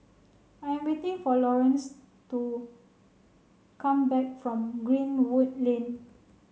I am waiting for Lorenz to come back from Greenwood Lane